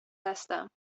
هستم